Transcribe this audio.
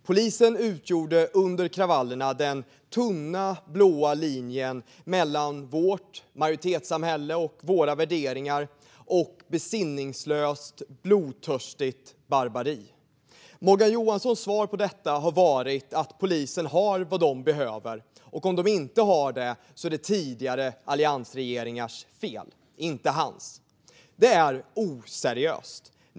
Polisen utgjorde under kravallerna den tunna blå linjen mellan vårt majoritetssamhälle med våra värderingar och ett besinningslöst och blodtörstigt barbari. Morgan Johanssons svar på detta har varit att polisen har vad de behöver och att om de inte har det är det de tidigare alliansregeringarnas fel, inte hans. Detta är oseriöst.